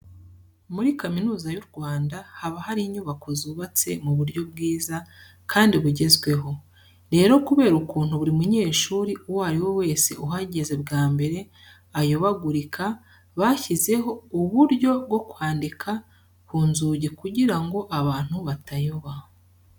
Muri Kaminuza y'u Rwanda haba hari inyubako zubatse mu buryo bwiza kandi bugezweho. Rero kubera ukuntu buri munyeshuri uwo ari we wese uhageze bwa mbere ayobagurika, bashyizeho uburyo bwo kwandika ku nzugi kugira ngo abantu batayoba.